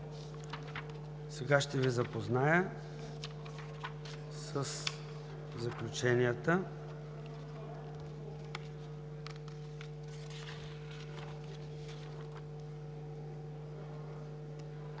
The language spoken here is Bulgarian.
Сега ще Ви запозная със заключенията.